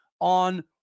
on